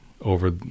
over